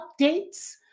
updates